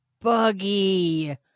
buggy